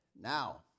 Now